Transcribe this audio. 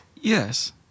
Yes